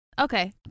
Okay